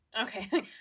Okay